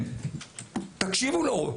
תקשיבו לו.